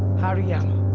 harry hama!